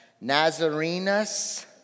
Nazarenes